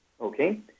Okay